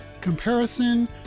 comparison